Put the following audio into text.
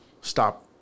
stop